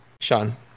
Sean